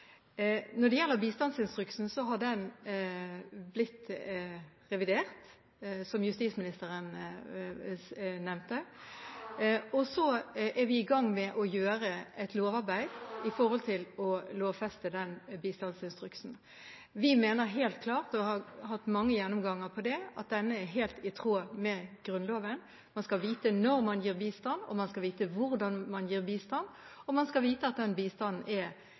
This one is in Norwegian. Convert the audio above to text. gang med et lovarbeid med hensyn til å lovfeste den. Vi mener helt klart, og vi har hatt mange gjennomganger av det, at den er helt i tråd med Grunnloven. Man skal vite når man gir bistand, man skal vite hvordan man gir bistand, og man skal vite at den bistanden er